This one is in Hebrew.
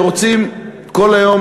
שרוצים כל היום,